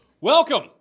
Welcome